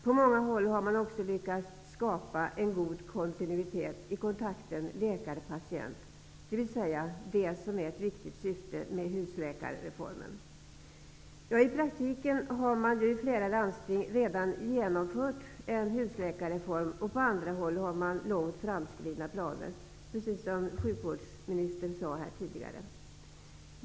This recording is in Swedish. På många håll har man också lyckats skapa en god kontinuitet i kontakten mellan läkare och patient, dvs. det som är ett viktigt syfte med husläkarreformen. I praktiken har man i flera landsting redan genomfört en husläkarreform, och på andra håll har man långt framskridna planer, precis som sjukvårdsministern sade här tidigare.